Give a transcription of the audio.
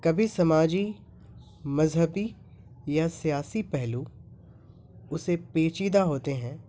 کبھی سماجی مذہبی یا سیاسی پہلو اسے پیچیدہ ہوتے ہیں